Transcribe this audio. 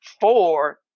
four